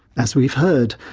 as we've heard,